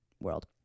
world